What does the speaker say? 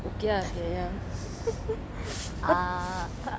okay ah ya ya